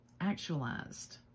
actualized